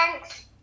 Thanks